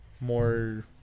more